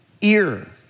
ear